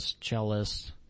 cellist